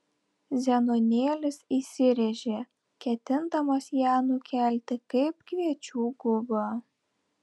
zenonėlis įsiręžė ketindamas ją nukelti kaip kviečių gubą